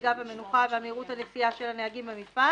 הנהיגה והמנוחה ועל מהירות הנסיעה של הנהגים במפעל